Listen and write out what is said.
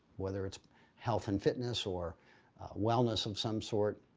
whether it's health and fitness or wellness of some sort.